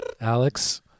Alex